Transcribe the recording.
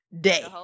day